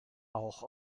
auch